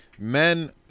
Men